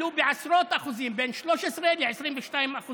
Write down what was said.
עלו בעשרות אחוזים, בין 13% ל-22%.